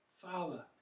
Father